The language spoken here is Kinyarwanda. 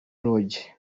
lodge